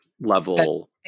level